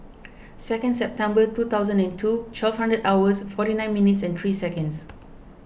second September two thousand and two twelve hundred hours forty nine minutes and three seconds